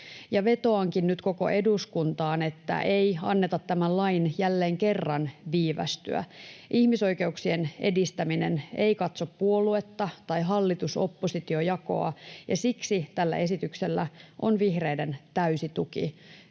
Vetoankin nyt koko eduskuntaan, että ei anneta tämän lain jälleen kerran viivästyä. Ihmisoikeuksien edistäminen ei katso puoluetta tai hallitus—oppositiojakoa, ja siksi tällä esityksellä on vihreiden täysi tuki.